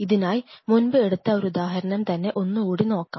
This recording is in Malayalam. ഇതിനായി മുൻപ് എടുത്ത ഒരു ഉദാഹരണം തന്നെ ഒന്നുകൂടി നോക്കാം